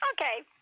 Okay